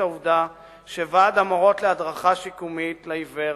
העובדה שוועד המורות להדרכה שיקומית לעיוור,